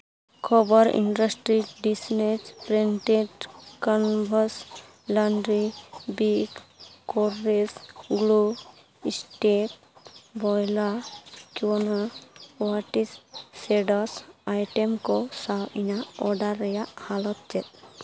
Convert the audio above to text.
ᱠᱷᱚᱵᱚᱨ industry designs printed canvas laundry big covers ᱜᱞᱳ ᱮᱥᱴᱮᱴ ᱵᱚᱭᱞᱟ ᱠᱤᱣᱩᱱᱟ ᱦᱚᱴᱤᱥ ᱯᱷᱮᱰᱚᱥ ᱟᱭᱴᱮᱢ ᱠᱚ ᱥᱟᱶ ᱤᱧᱟᱹᱜ ᱚᱰᱟᱨ ᱨᱮᱭᱟᱜ ᱦᱟᱞᱚᱛ ᱪᱮᱫ